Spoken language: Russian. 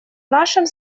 нашем